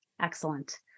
Excellent